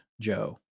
Joe